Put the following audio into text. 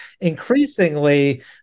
increasingly